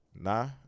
nah